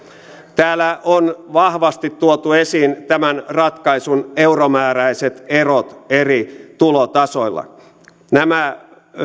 täällä on vahvasti tuotu esiin tämän ratkaisun euromääräiset erot eri tulotasoilla nämä